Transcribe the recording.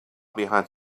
behind